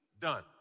done